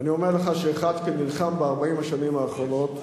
ואני אומר לך כאחד שנלחם ב-40 השנים האחרונות,